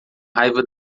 raiva